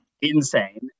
insane